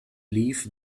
leave